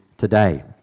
Today